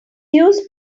used